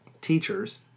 Teachers